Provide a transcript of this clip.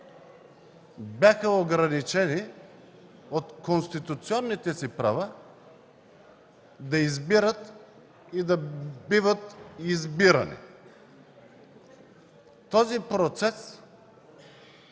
бяха ограничени от конституционните си права да избират и да биват избирани. Този процес